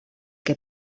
que